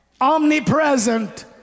omnipresent